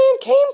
came